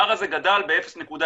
ה-R הזה גדל ב-0.03